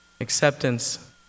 acceptance